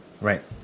right